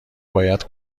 باید